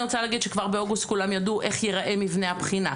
אני רוצה להגיד שכבר באוגוסט כולם ידעו איך ייראה מבנה הבחינה,